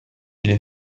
les